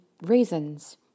reasons